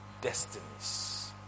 destinies